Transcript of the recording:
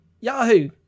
Yahoo